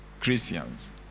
Christians